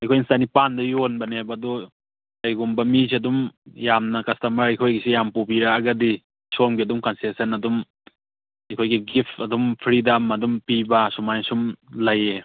ꯑꯩꯈꯣꯏꯅ ꯆꯥꯅꯤꯄꯥꯟꯗ ꯌꯣꯟꯕꯅꯦꯕ ꯑꯗꯣ ꯀꯩꯒꯨꯝꯕ ꯃꯤꯁꯦ ꯑꯗꯨꯝ ꯌꯥꯝꯅ ꯀꯁꯇꯃꯔ ꯑꯩꯈꯣꯏꯒꯤꯁꯦ ꯌꯥꯝ ꯄꯨꯕꯤꯔꯛꯑꯒꯗꯤ ꯁꯣꯝꯒꯤ ꯑꯗꯨꯝ ꯀꯟꯁꯦꯁꯟ ꯑꯗꯨꯝ ꯑꯩꯈꯣꯏꯒꯤ ꯒꯤꯐ ꯑꯗꯨꯝ ꯐ꯭ꯔꯤꯗ ꯑꯃ ꯑꯗꯨꯝ ꯄꯤꯕ ꯁꯨꯃꯥꯏꯅ ꯁꯨꯝ ꯂꯩꯌꯦ